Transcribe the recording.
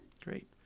Great